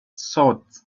salt